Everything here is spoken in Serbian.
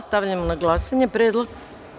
Stavljam na glasanje predlog.